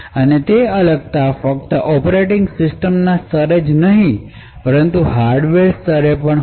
અને તે અલગતા ફક્ત ઑપરેટિંગ સિસ્ટમના સ્તરે જ નહીં પણ હાર્ડવેર સ્તરે પણ હોય